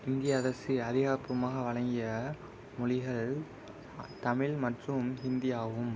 இந்திய அரசு அதிகாரபூர்வமாக வழங்கிய மொழிகள் தமிழ் மற்றும் ஹிந்தியாகும்